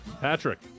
Patrick